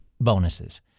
bonuses